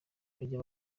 bajya